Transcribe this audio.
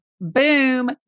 Boom